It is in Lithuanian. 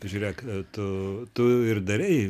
žiūrėk tu tu ir darei